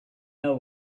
know